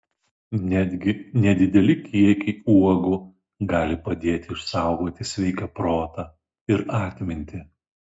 netgi nedideli kiekiai uogų gali padėti išsaugoti sveiką protą ir atmintį